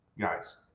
guys